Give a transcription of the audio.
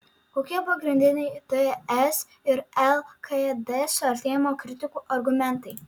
kokie pagrindiniai ts ir lkd suartėjimo kritikų argumentai